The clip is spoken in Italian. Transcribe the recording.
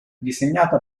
disegnata